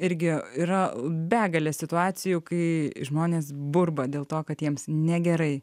irgi yra begalė situacijų kai žmonės burba dėl to kad jiems negerai